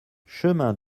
chemin